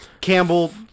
campbell